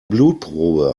blutprobe